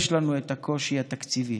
יש לנו את הקושי התקציבי.